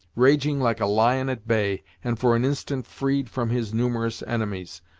raging like a lion at bay, and for an instant freed from his numerous enemies.